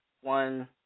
One